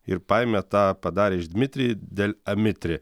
ir paėmė tą padarė iš dmitrij del amitri